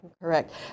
Correct